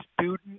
student